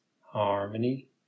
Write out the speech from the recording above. harmony